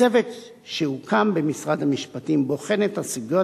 הצוות שהוקם במשרד המשפטים בוחן את הסוגיות